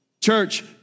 Church